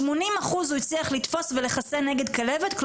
80 אחוז הוא הצליח לתפוס ולחסן נגד כלבת.